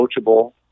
coachable